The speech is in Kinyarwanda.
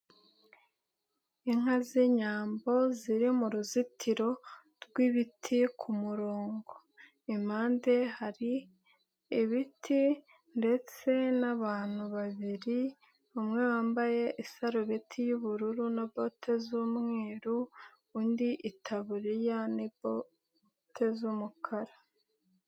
Inka z'inyambo ziri mu ruzitiro rw'ibiti ku murongo, impande hari ibiti ndetse n'abantu babiri, umwe wambaye isarubeti y'ubururu na bote z'umweru, undi itaburiya ni bote z'umukara.